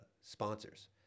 sponsors